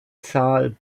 zahl